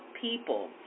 people